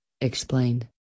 explained